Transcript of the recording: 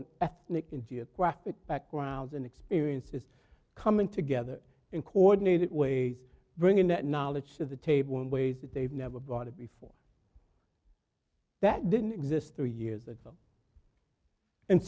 geographic backgrounds and experiences coming together in coordinated way bringing that knowledge to the table in ways that they've never bothered before that didn't exist three years ago and